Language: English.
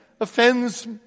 offends